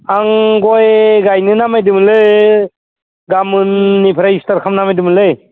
आं गय गायनो नायदोंमोनलै गाबोननिफ्राय स्टार्ट खालामनो नागिरदोंमोनलै